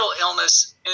illness